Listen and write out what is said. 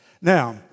Now